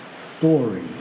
story